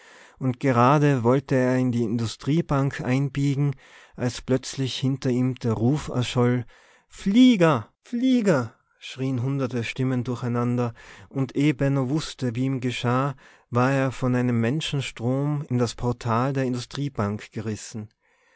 und gerade wollte er in die industriebank einbiegen als plötzlich hinter ihm der ruf erscholl flieger flieger schrien hundert stimmen durcheinander und ehe benno wußte wie ihm geschah war er von einem menschenstrom in das portal der industriebank gerissen